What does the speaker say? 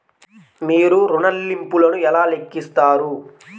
మీరు ఋణ ల్లింపులను ఎలా లెక్కిస్తారు?